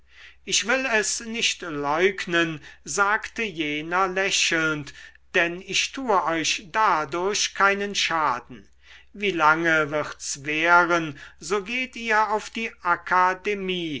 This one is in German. ich will es nicht leugnen sagte jener lächelnd denn ich tue euch dadurch keinen schaden wie lange wird's währen so geht ihr auf die akademie